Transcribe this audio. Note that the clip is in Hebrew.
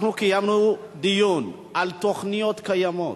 אנחנו קיימנו דיון על תוכניות קיימות.